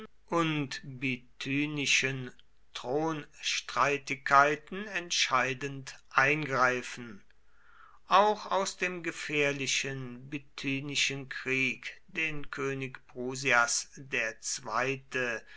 und bithynischen thronstreitigkeiten entscheidend eingreifen auch aus dem gefährlichen bithynischen krieg den könig prusias ii der